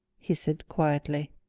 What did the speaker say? he said quietly.